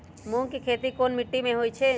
मूँग के खेती कौन मीटी मे होईछ?